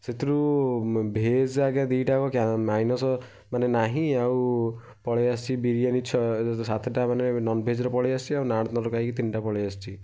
ସେଥିରୁ ଭେଜ୍ ଆଜ୍ଞା ଦୁଇଟା ଯାକ ମାଇନସ୍ ମାନେ ନାହିଁ ଆଉ ପଳାଇ ଆସିଛି ବିରିୟାନୀ ଛଅ ସାତଟା ମାନେ ନନ୍ ଭେଜ୍ର ପଳାଇ ଆସିଛି ଆଉ ନାନ୍ ତଡ଼କା ହୋଇକି ତିନିଟା ପଳାଇ ଆସିଛି